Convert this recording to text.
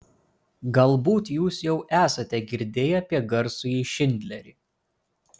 galbūt jūs jau esate girdėję apie garsųjį šindlerį